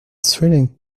thrilling